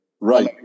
Right